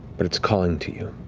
but it's calling to you.